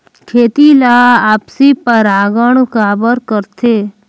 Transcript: खेती ला आपसी परागण काबर करथे?